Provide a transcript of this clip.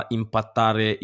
impattare